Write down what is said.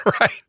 right